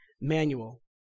manual